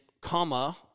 comma